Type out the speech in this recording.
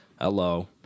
Hello